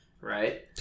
right